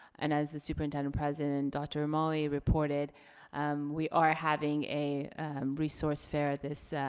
and as the superintendent president dr. romali reported we are having a resource fair this,